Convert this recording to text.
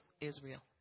israel